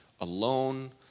alone